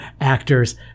Actors